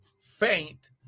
faint